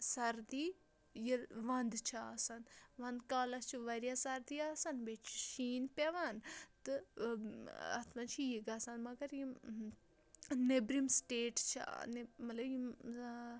سردی ییٚلہِ ونٛدٕ چھِ آسان ونٛدٕ کالَس چھِ وارِیاہ سردی آسان بیٚیہِ چھِ شیٖن پٮ۪وان تہٕ اَتھ منٛز چھِ یی گژھان مگر یِم نٮ۪برِم سِٹیٹٕس چھِ مطلب یِم